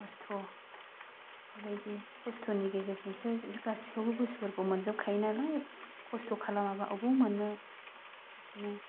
खस्थ' बेबायदि खस्थ'नि गेजेरजोंसो गासैखौबो बुस्तुफोरखौ मोनजोबखायो नालाय खस्त' खालामाबा बबेयाव मोननो बिदिनो